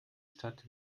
stadt